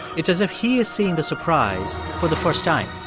it's as if he is seeing the surprise for the first time.